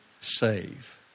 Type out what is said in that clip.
save